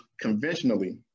conventionally